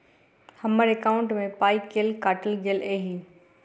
हम्मर एकॉउन्ट मे पाई केल काटल गेल एहि